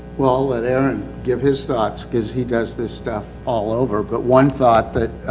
well, aaron gives his thoughts cuz he does this stuff all over but one thought that,